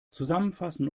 zusammenfassen